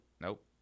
Nope